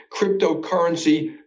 cryptocurrency